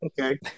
Okay